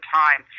time